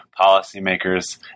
policymakers